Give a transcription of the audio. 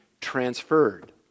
transferred